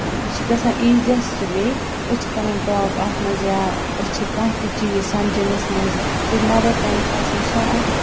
یہِ چھِ گژھان ایٖزیَسٹہٕ وے أسۍ چھِ کَران ٹاک اَتھ منٛز یا أسۍ چھِ کانٛہہ تہِ چیٖز سَمجھِنَس منٛز بیٚیہِ مَدَر ٹَنٛگ چھِ آسان سۄ اَکھ